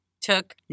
took